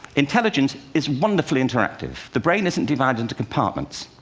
intelligence is wonderfully interactive. the brain isn't divided into compartments.